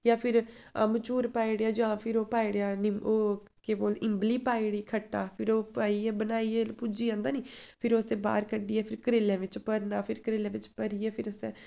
जां फिर अम्बचूर पाई ओड़ेआ जां फिर ओह् पाई'ड़ेआ निम्बू ओह् के बोल इम्बली पाई ओड़ी खट्टा फिर ओह् पाइयै बनाइयै भुज्जी जंदा निं फिर उसदे बाह्र कड्ढियै करेले बिच्च भरना फिर करेले बिच्च भरियै फिर असें